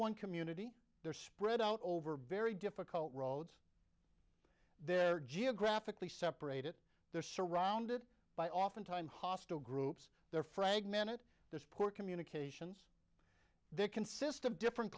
one community they're spread out over very difficult roads they're geographically separated they're surrounded by often time hostile groups they're fragmented there's poor communications they consist of different